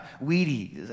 weedy